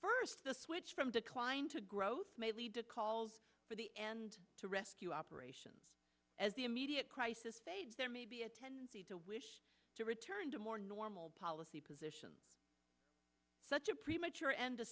first the switch from decline to growth may lead to calls for the end to rescue operations as the immediate crisis fades there may be a tendency to wish to return to more normal policy positions such a premature